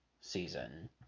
season